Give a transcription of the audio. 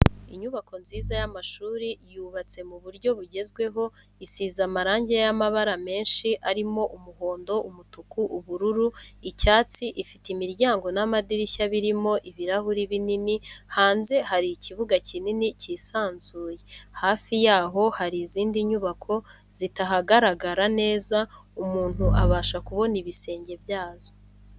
Inyubako nziza y'amashuri yubatse mu buryo bugezweho isize amarangi y'amabara menshi arimo umuhondo. umutuku, ubururu, icyatsi, ifite imiryango n'amadirishya birimo ibirahuri binini, hanze hari ikibuga kinini kisanzuye, hafi yaho hari izindi nyubako zitaharagara neza umuntu abasha kubona ibisenge byazo.